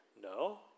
no